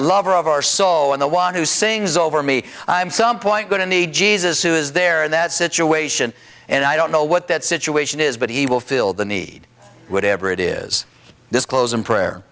lover of our soul and the one who sings over me i'm some point going to need jesus who is there in that situation and i don't know what that situation is but he will fill the need whatever it is this close in prayer